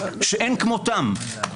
שאין כמותם.